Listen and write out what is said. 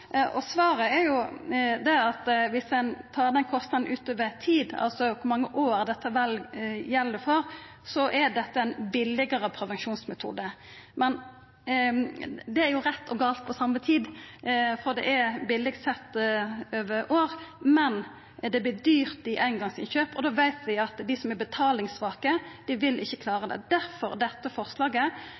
og svaret er at dersom ein tar den kostnaden over tid, altså kor mange år dette gjeld for, er dette ein billegare prevensjonsmetode. Det er rett og feil på same tid. For det er billig sett over år, men det vert dyrt i eingongsinnkjøp, og då veit vi at dei som er betalingssvake, ikkje vil klara det – derfor dette forslaget.